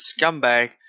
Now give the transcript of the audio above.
scumbag